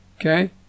okay